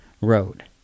road